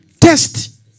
Test